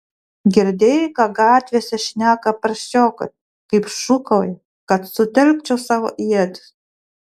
girdėjai ką gatvėse šneka prasčiokai kaip šūkauja kad sutelkčiau savo ietis